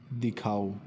ਦਿਖਾਓ